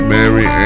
Mary